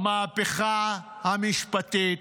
המהפכה המשפטית,